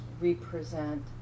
represent